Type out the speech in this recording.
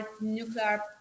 nuclear